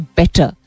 better